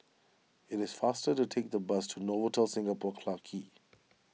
it is faster to take the bus to Novotel Singapore Clarke Quay